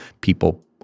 people